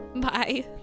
bye